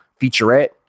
featurette